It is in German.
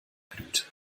blüht